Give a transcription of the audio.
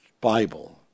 Bible